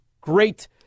great